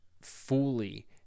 fully